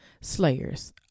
Slayers